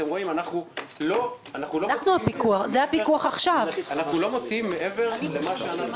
אנחנו לא מוציאים מעבר למה שאושר.